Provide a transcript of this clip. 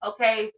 Okay